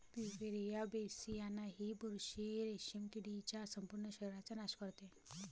Beauveria बेसियाना ही बुरशी रेशीम किडीच्या संपूर्ण शरीराचा नाश करते